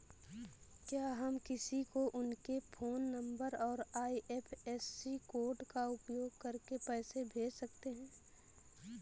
क्या हम किसी को उनके फोन नंबर और आई.एफ.एस.सी कोड का उपयोग करके पैसे कैसे भेज सकते हैं?